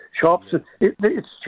shops—it's